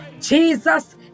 Jesus